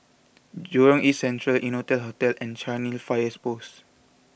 Jurong East Central Innotel Hotel and Cairnhill Fire Post